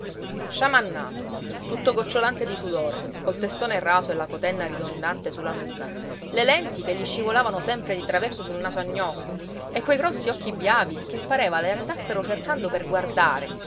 all'albergatore sciamannato tutto gocciolante di sudore col testone raso e la cotenna ridondante su la nuca le lenti che gli scivolavano sempre di traverso sul naso a gnocco e quei grossi occhi biavi che pareva le andassero cercando per guardare